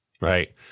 Right